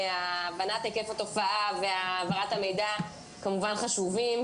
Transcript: היקף התופעה והעברת המידע כמובן חשובים,